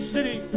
City